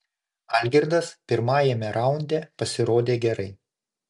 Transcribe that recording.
algirdas pirmajame raunde pasirodė gerai